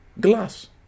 glass